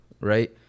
right